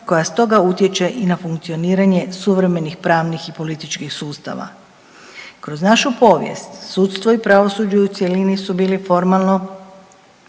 koja stoga utječe i na funkcioniranje suvremenih pravnih i političkih sustava. Kroz našu povijest sudstvo i pravosuđe u cjelini su bili formalno